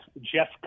Jeff